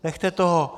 Nechte toho.